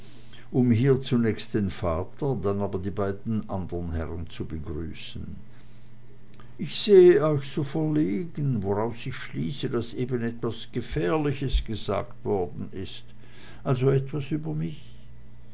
um hier zunächst den vater dann aber die beiden andern herren zu begrüßen ich seh euch so verlegen woraus ich schließe daß eben etwas gefährliches gesagt worden ist also etwas über mich